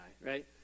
right